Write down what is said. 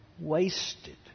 wasted